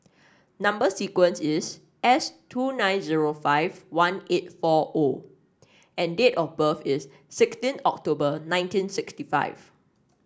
number sequence is S two nine zero five one eight four O and date of birth is sixteen October nineteen sixty five